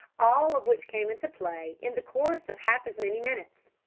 all of which came into play in the course of half as many minutes.